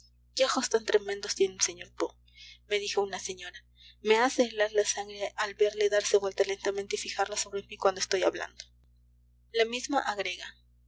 qué ojos tan tremendos tiene el señor poe me dijo una señora me hace helar la sangre el verle darse vuelta lentamente y fijarlos sobre mí cuando estoy hablando la misma agrega